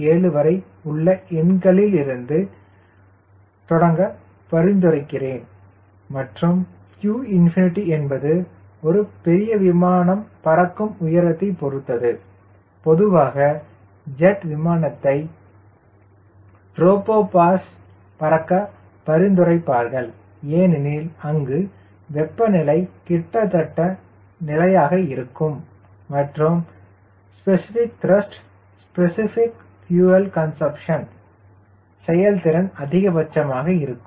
7 வரை உள்ள எண்ணிலிருந்து தொடங்க பரிந்துரைக்கிறேன் மற்றும் qꝏ என்பது ஒரு பெரிய விமானம் பறக்கும் உயரத்தை பொறுத்தது பொதுவாக ஜெட் விமானத்தை ட்ரோபோபாஸில் பறக்க பரிந்துரைப்பார்கள் ஏனெனில் அங்கு வெப்பநிலை கிட்டத்தட்ட நிலையானதாக இருக்கும் மற்றும் specific thrust specific fuel consumption செயல் திறன் அதிகபட்சமாக இருக்கும்